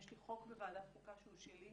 יש לי חוק בוועדת חוקה שהוא שלי,